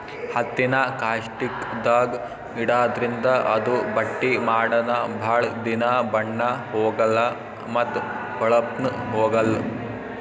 ಹತ್ತಿನಾ ಕಾಸ್ಟಿಕ್ದಾಗ್ ಇಡಾದ್ರಿಂದ ಅದು ಬಟ್ಟಿ ಮಾಡನ ಭಾಳ್ ದಿನಾ ಬಣ್ಣಾ ಹೋಗಲಾ ಮತ್ತ್ ಹೋಳಪ್ನು ಹೋಗಲ್